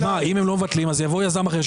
אם הם לא מבטלים יבוא יזם אחר,